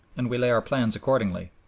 and we lay our plans accordingly.